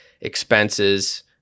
expenses